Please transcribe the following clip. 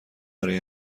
برای